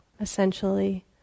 essentially